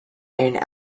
and